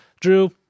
drew